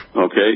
okay